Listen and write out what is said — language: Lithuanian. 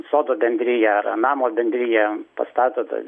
sodų bendrija ar namo bendrija pastato tas